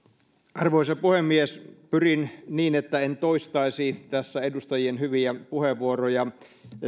arvoisa puhemies pyrin siihen että en toistaisi tässä edustajien hyviä puheenvuoroja